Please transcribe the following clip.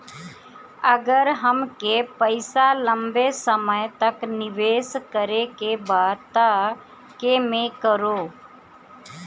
अगर हमके पईसा लंबे समय तक निवेश करेके बा त केमें करों?